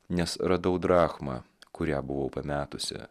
nes radau drachmą kurią buvau pametusi